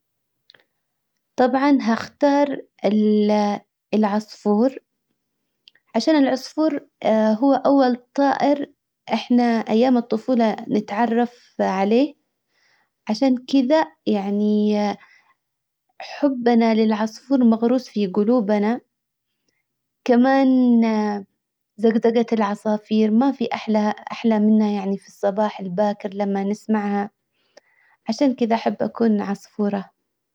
طبعا هختار العصفور. عشان العصفور هو اول طائر احنا ايام الطفولة نتعرف عليه. عشان كدا يعني حبنا للعصفور مغروس في قلوبنا كمان دقدقة العصافير ما في احلى احلى منها يعني في الصباح الباكر لما نسمعها عشان كدا احب اكون عصفورة.